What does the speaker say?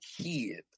kid